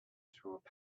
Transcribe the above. through